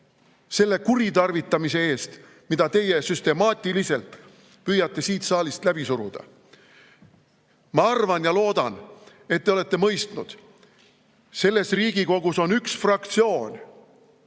selle kuritarvitamise eest, mida teie süstemaatiliselt püüate siit saalist läbi suruda. Ma arvan ja loodan, et te olete mõistnud: selles Riigikogus on üks fraktsioon,